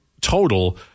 total